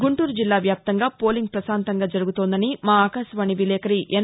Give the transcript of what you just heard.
గుంటూరు జిల్లా వ్యాప్తంగా పోలింగ్ పశాంతంగా జరుగుతోందని మా ఆకాశవాణి విలేకరి ఎస్